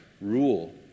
rule